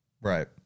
Right